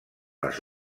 les